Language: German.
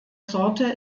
sorte